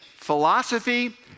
philosophy